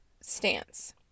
stance